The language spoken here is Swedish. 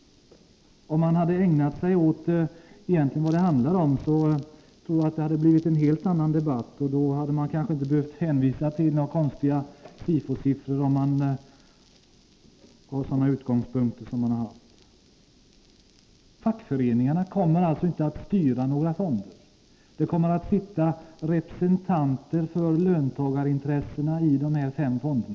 Om man hade ägnat sig åt det som förslaget egentligen handlar om, tror jag att det hade blivit en helt annan debatt. Då hade man kanske inte behövt hänvisa till konstiga SIFO-siffror. Fackföreningarna kommer alltså inte att styra några fonder. Det kommer att sitta representanter för löntagarintressena i dessa fem fonder.